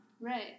right